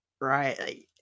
right